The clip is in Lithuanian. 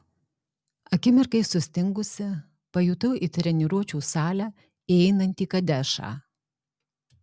akimirkai sustingusi pajutau į treniruočių salę įeinantį kadešą